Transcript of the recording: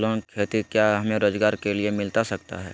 Loan खेती क्या हमें रोजगार के लिए मिलता सकता है?